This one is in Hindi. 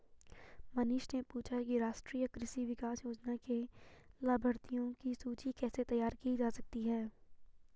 मनीष ने पूछा कि राष्ट्रीय कृषि विकास योजना के लाभाथियों की सूची कैसे तैयार की जा सकती है